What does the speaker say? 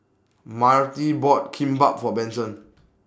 Myrtie bought Kimbap For Benson